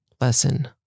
lesson